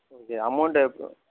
okay amount